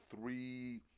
three